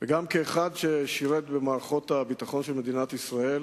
וגם כאחד ששירת במערכת הביטחון של מדינת ישראל